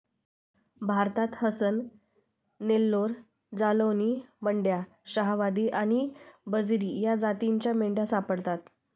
भारतात हसन, नेल्लोर, जालौनी, मंड्या, शाहवादी आणि बजीरी या जातींच्या मेंढ्या सापडतात